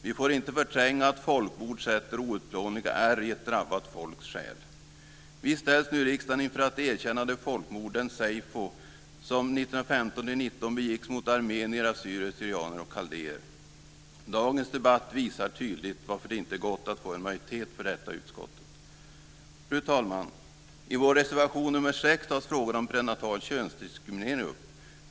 Vi får inte förtränga att folkmord sätter outplånliga ärr i ett drabbat folks själ. Vi ställs nu i riksdagen inför att erkänna det folkmord, Seyfo, som begicks 1915-1919 mot armenier, assyrier/syrianer och kaldéer. Dagens debatt visar tydligt varför det inte har gått att få en majoritet för detta i utskottet. Fru talman! I vår reservation nr 6 tas frågan om prenatal könsdiskriminering upp.